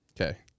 Okay